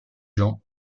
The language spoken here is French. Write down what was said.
jean